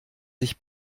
sich